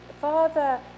Father